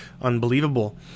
unbelievable